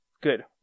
Good